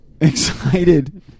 excited